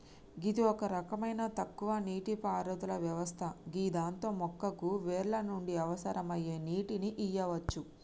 గిది ఒక రకమైన తక్కువ నీటిపారుదల వ్యవస్థ గిదాంతో మొక్కకు వేర్ల నుండి అవసరమయ్యే నీటిని ఇయ్యవచ్చు